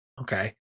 Okay